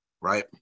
right